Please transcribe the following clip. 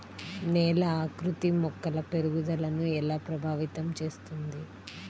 నేల ఆకృతి మొక్కల పెరుగుదలను ఎలా ప్రభావితం చేస్తుంది?